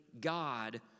God